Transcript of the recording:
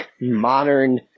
modern